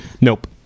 Nope